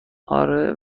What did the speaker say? آره